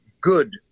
good